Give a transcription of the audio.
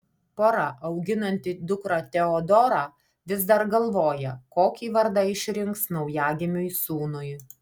pora auginanti dukrą teodorą vis dar galvoja kokį vardą išrinks naujagimiui sūnui